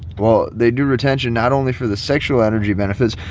well, they do retention not only for the sexual energy benefits,